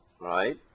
Right